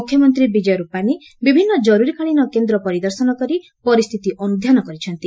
ମୁଖ୍ୟମନ୍ତ୍ରୀ ବିଜୟ ରୂପାନୀ ବିଭିନ୍ନ କରୁରୀକାଳୀନ କେନ୍ଦ୍ର ପରିଦର୍ଶନ କରି ପରିସ୍ଥିତି ଅନ୍ଧ୍ୟାନ କରିଛନ୍ତି